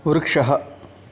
वृक्षः